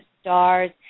stars